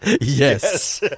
yes